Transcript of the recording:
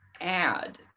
add